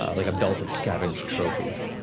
ah like a belt of scavenged trophies.